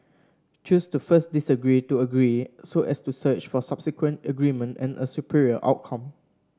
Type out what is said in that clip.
choose to first disagree to agree so as to search for subsequent agreement and a superior outcome